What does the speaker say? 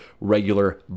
regular